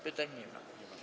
Pytań nie ma.